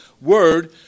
word